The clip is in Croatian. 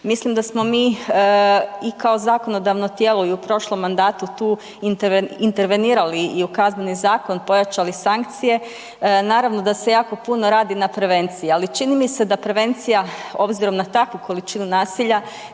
Mislim da smo mi i kao zakonodavno tijelo i u prošlom mandatu tu intervenirali i u Kazneni zakon, pojačali sankcije, naravno da se jako puno radi na prevenciji, ali čini mi se da prevencija obzirom na takvu količinu nasilja